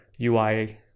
UI